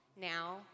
now